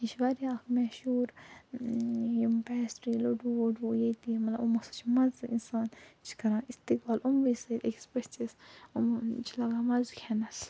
یہِ چھِ واریاہ اکھ مشہوٗر یم پیسٹری لڈو وڈو ییٚتی یہِ مَطلَب یمو سۭتۍ چھ مَزٕ اِنسان چھِ کران استقبال یِموے سۭتۍ أکِس پٔژھِس چھ لگان مَزٕ کھیٚنَس